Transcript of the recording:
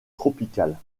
tropicale